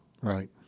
Right